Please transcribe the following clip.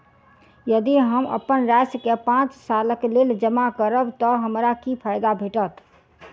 यदि हम अप्पन राशि केँ पांच सालक लेल जमा करब तऽ हमरा की फायदा भेटत?